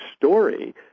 story